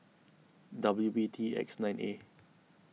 W B T X nine A